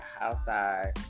outside